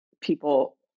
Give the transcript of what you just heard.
people